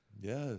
Yes